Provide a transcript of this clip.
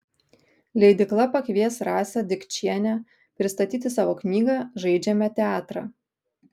leidykla pakvies rasą dikčienę pristatyti savo knygą žaidžiame teatrą